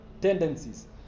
tendencies